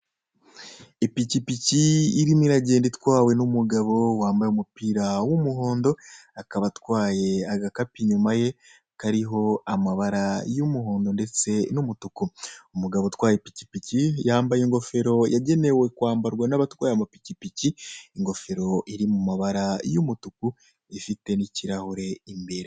Ipikipiki irimo iragenda itwawe n'umugabo wambaye umupira w'umuhondo, akaba atwaye agakapu inyuma ye kariho amabara y'umuhondo ndetse n'umutuku. Umugabo utaye ipikipiki yambaye ingofiro yagenew kwambarwa n'abatwara ipikipiki, iyo ngofero iri mu mabara t'umutuku ifite n'ukirahuri cyayo imbere.